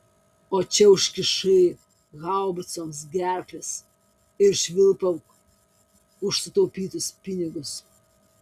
o čia užkišai haubicoms gerkles ir švilpauk už sutaupytus pinigus